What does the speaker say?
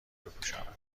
بپوشانم